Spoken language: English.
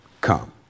come